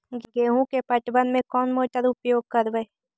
गेंहू के पटवन में कौन मोटर उपयोग करवय?